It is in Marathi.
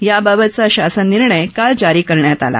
याबाबतचा शासन निर्णय काल जारी करण्यात आला